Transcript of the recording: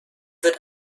wird